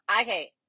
Okay